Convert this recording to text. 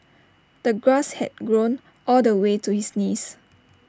the grass had grown all the way to his knees